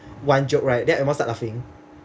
one joke right then I won't stop laughing